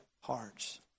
hearts